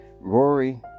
Rory